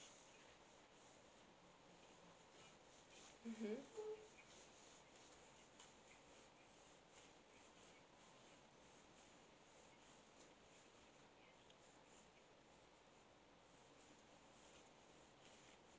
mmhmm